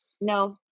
No